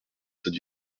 cette